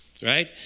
Right